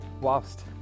whilst